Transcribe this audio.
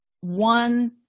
one